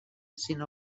sinó